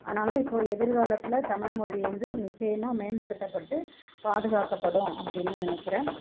அதனால் இப்போ எதிர்காலத்தில் தமிழ்மொழி வந்து நிச்சயமாக மேம்படுத்தப்பட்டு பாதுகாக்கப்படும் அப்படின்னு நினைக்கிறேன்